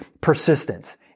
persistence